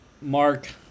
Mark